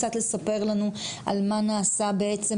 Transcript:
קצת לספר לנו על מה נעשה בעצם,